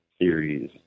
series